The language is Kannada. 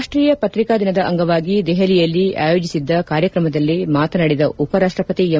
ರಾಷ್ಲೀಯ ಪ್ರಕ್ರಿಕಾ ದಿನದ ಅಂಗವಾಗಿ ದೆಹಲಿಯಲ್ಲಿ ಆಯೋಜಿಸಿದ್ದ ಕಾರ್ಯಕ್ರಮದಲ್ಲಿ ಮಾತನಾಡಿದ ಉಪರಾಷ್ಟಪತಿ ಎಂ